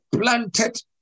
planted